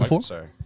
Sorry